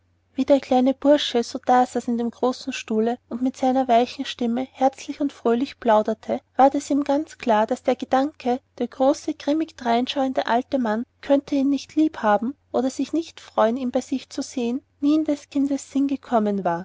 wie der kleine bursche so dasaß in dem großen stuhle und mit seiner weichen stimme herzlich und fröhlich plauderte ward es ihm ganz klar daß der gedanke der große grimmig dreinschauende alte mann könnte ihn nicht lieb haben oder sich nicht freuen ihn bei sich zu sehen nie in des kindes sinn gekommen war